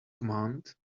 command